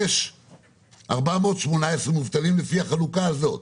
יש 418,000 מובטלים לפי החלוקה הזאת,